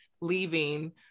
leaving